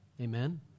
Amen